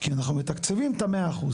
כי אנחנו מתקצבים את ה-100%.